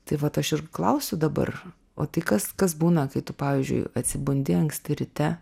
tai vat aš ir klausiu dabar o tai kas kas būna kai tu pavyzdžiui atsibundi anksti ryte